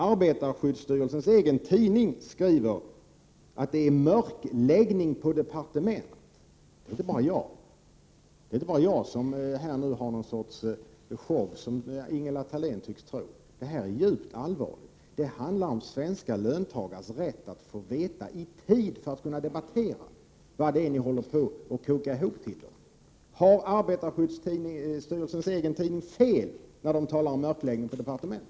Arbetarskyddsstyrelsens egen tidning skriver att det är fråga om mörkläggning på departement. Det är inte så att jag här står ensam i något slags show, som Ingela Thalén tycks tro. Det här är djupt allvarligt. Det handlar om svenska löntagares rätt att få uppgifter i tid för att kunna debattera vad ni håller på att koka ihop till dem. Har arbetarskyddsstyrelsens egen tidning fel när den talar om mörkläggning på departement?